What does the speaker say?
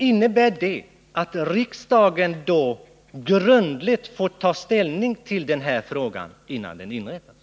Innebär det att riksdagen grundligt får ta ställning till den här frågan innan specialstyrkan inrättas?